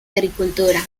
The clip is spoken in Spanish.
agricultura